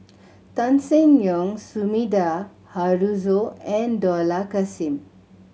Tan Seng Yong Sumida Haruzo and Dollah Kassim